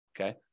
okay